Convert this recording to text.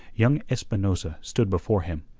young espinosa stood before him,